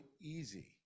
easy